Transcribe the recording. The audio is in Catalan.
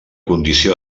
condició